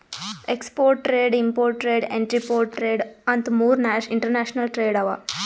export trade, import trade, entrepot trade ಅಂತ್ ಮೂರ್ international trade ಅವಾ